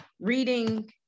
Reading